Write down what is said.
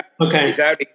Okay